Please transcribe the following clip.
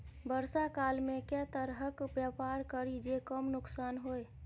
वर्षा काल मे केँ तरहक व्यापार करि जे कम नुकसान होइ?